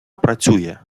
працює